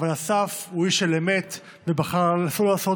אבל אסף הוא איש של אמת ובחר לא לעשות